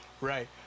Right